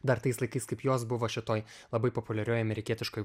dar tais laikais kaip jos buvo šitoj labai populiarioj amerikietiškoj